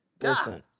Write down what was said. Listen